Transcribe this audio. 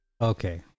Okay